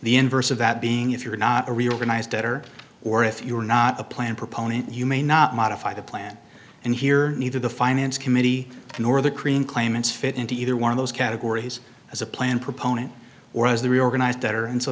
the inverse of that being if you're not a real denies debtor or if you are not a plan proponent you may not modify the plan and here neither the finance committee nor the cream claimants fit into either one of those categories as a plan proponent or as the reorganized better and so